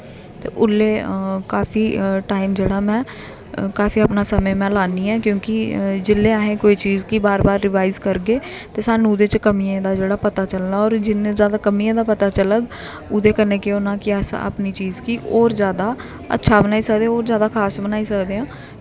ते ओल्लै काफी टाइम जेह्ड़ा में काफी अपना समें में लान्नी ऐं क्योंकि जेल्लै अस कोई चीज़ गी बार बार रिवाइज करगे ते सानूं ओह्दे च कमियें दा जेह्ड़ा पता चलना होर जि'न्नी जादा कमियें दा पता चलग ओह्दे कन्नै केह् होना कि अस अपनी चीज गी होर जादा अच्छा बनाई सकदे होर जादा खास बनाई सकदे